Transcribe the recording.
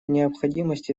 необходимости